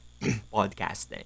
podcasting